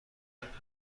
پالتوی